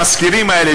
המזכירים האלה,